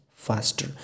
Faster